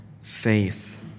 faith